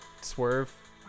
swerve